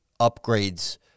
upgrades